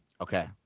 okay